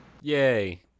Yay